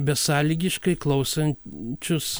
besąlygiškai klausan čius